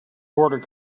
border